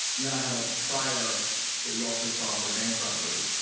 and then i have a prior that he also saw for bank robbery.